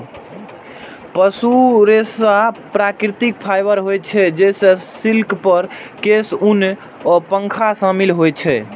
पशु रेशा प्राकृतिक फाइबर होइ छै, जइमे सिल्क, फर, केश, ऊन आ पंख शामिल होइ छै